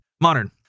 Modern